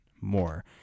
more